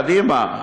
קדימה,